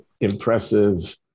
impressive